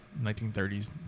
1930s